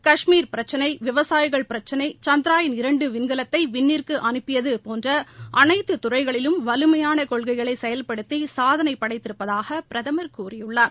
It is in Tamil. கஷ்மீர் பிரச்சினை விவசாயிகள் பிரச்னை சந்த்ரயான் இரண்டு விண்கலத்தை விண்ணிற்கு அனுப்பியது போன்ற அனைத்துத் துறைகளிலும் வலிமையான கொள்கைகளை செயல்படுத்தி சாதனை படைத்திருப்பதாக பிரதமர் கூறியுள்ளார்